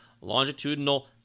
longitudinal